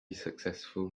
successful